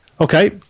Okay